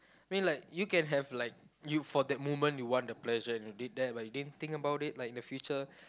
I mean like you can have like you for that moment you want the pleasure and you did that but you didn't think about it like in the future